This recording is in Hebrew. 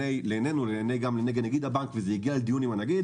שלעינינו וגם לעיני נגיד הבנק וזה הגיע לדיון עם הנגיד